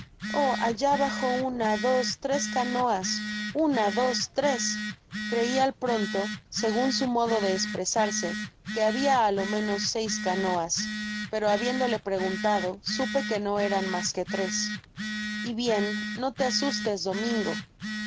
oh allá abajo una dos tres canoas una dos tres crei al pronto segun su modo de espresarse que habia á lo menos seis canoas pero habiéndole preguntado supe que no eran mas que tres y bien no te asustes domingo